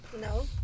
No